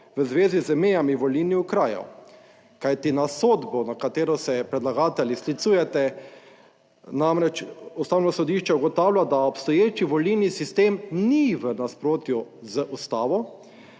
v zvezi z mejami volilnih okrajev, kajti na sodbo, na katero se predlagatelji sklicujete, namreč Ustavno sodišče ugotavlja, da obstoječi volilni sistem ni v nasprotju z Ustavo,